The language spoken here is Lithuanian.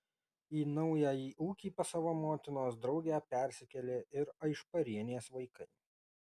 į naująjį ūkį pas savo motinos draugę persikėlė ir aišparienės vaikai